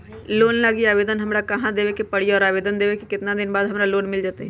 Loan लागी आवेदन हमरा कहां देवे के पड़ी और आवेदन देवे के केतना दिन बाद हमरा लोन मिल जतई?